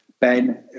Ben